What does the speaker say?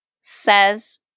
says